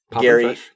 Gary